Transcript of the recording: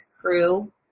crew